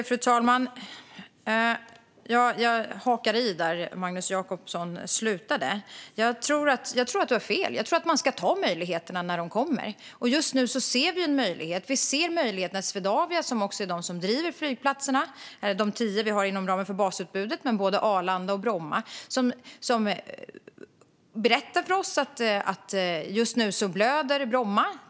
Fru talman! Jag hakar i där Magnus Jacobsson slutade. Jag tror att du har fel, Magnus. Jag tycker att man ska ta möjligheterna när de kommer. Just nu ser vi en möjlighet. Swedavia, som driver de tio flygplatser vi har inom ramen för basutbudet med både Arlanda och Bromma, berättar för oss att Bromma just nu blöder.